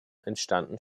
entstanden